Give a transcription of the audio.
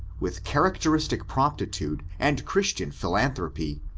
with characteristic promptitude and christian philanthropy,